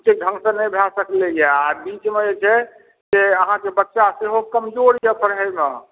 उचित ढङ्ग से नहि भए सकलै यऽ आ बीचमे जे छै से अहाँके बच्चा सेहो कमजोर यऽ पढ़ैमे